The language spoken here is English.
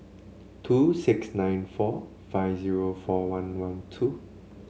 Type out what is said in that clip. two six nine four five zero four one one two